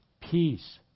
peace